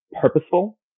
purposeful